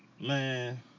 man